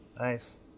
Nice